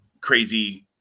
crazy